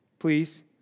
Please